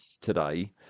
today